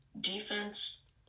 Defense